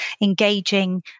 engaging